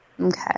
Okay